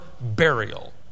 burial